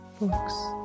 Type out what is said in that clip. books